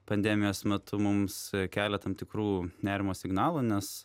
pandemijos metu mums kelia tam tikrų nerimo signalų nes